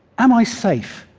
am i safe?